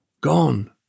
gone